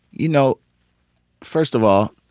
you know first of all,